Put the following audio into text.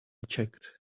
checked